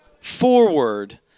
Forward